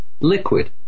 liquid